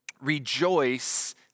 Rejoice